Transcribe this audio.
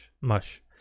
mush